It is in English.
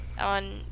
on